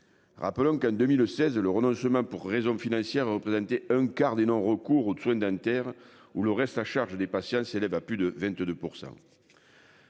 Rappelons qu'en 2016 le renoncement pour raisons financières a représenté un quart des non-recours aux soins dentaires ou le reste à charge des patients s'élève à plus de 22%.